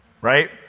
right